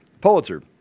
Pulitzer